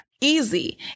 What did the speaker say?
easy